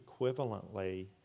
equivalently